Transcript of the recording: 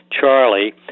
Charlie